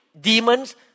demons